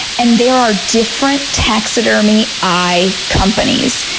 and there are different taxidermy eye companies.